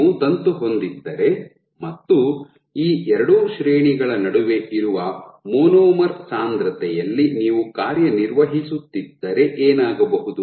ನೀವು ತಂತು ಹೊಂದಿದ್ದರೆ ಮತ್ತು ಈ ಎರಡು ಶ್ರೇಣಿಗಳ ನಡುವೆ ಇರುವ ಮೊನೊಮರ್ ಸಾಂದ್ರತೆಯಲ್ಲಿ ನೀವು ಕಾರ್ಯನಿರ್ವಹಿಸುತ್ತಿದ್ದರೆ ಏನಾಗಬಹುದು